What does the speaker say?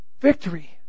Victory